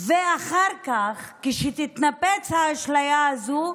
ואחר כך, כשתתנפץ האשליה הזאת,